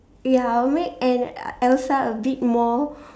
ya I'll make an Elsa a bit more